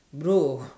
bro